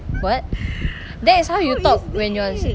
what that is how you talk when you're want to see how is that